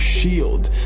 shield